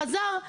חזר.